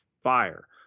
fire